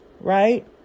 Right